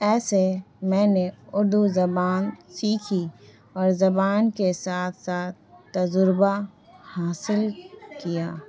ایسے میں نے اردو زبان سیکھی اور زبان کے ساتھ ساتھ تجربہ حاصل کیا